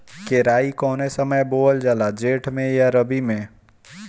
केराई कौने समय बोअल जाला जेठ मैं आ रबी में?